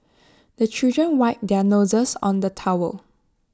the children wipe their noses on the towel